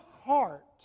heart